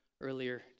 earlier